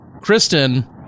Kristen